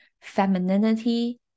femininity